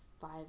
five